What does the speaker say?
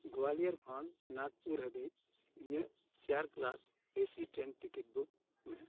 ᱜᱳᱣᱟᱞᱤᱭᱚᱨ ᱠᱷᱚᱱ ᱱᱟᱜᱽᱯᱩᱨ ᱦᱟᱹᱵᱤᱡ ᱤᱧᱟᱹᱜ chair class A C train ticket book ᱢᱮ